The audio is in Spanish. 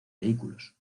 vehículos